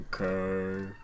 okay